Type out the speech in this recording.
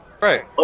Right